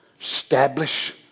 establish